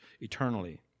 eternally